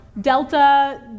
Delta